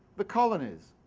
the colonies.